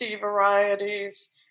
varieties